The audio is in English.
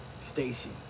station